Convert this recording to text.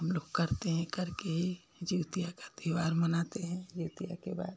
हम लोग करते हैं करके ही जितिया का त्योहार मनाते हैं जितिया के बाद